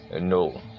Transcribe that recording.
No